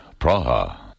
Praha